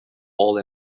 all